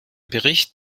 bericht